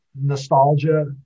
nostalgia